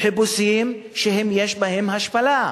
חיפושים שיש בהם השפלה,